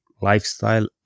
Lifestyle